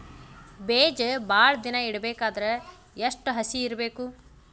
ಬೇಜ ಭಾಳ ದಿನ ಇಡಬೇಕಾದರ ಎಷ್ಟು ಹಸಿ ಇರಬೇಕು?